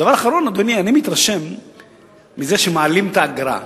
דבר אחרון, אדוני, אני מתרשם מזה שמעלים את האגרה.